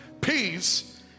peace